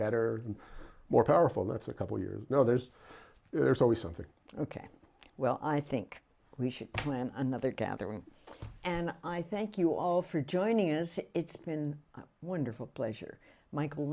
better and more powerful that's a couple you know there's there's always something ok well i think we should plan another gathering and i thank you all for joining is it's been a wonderful pleasure michael